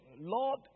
Lord